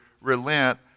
Relent